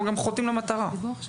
הם גם חוטאים למטרה.